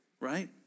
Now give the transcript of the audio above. right